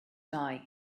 die